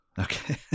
Okay